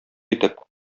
итеп